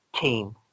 team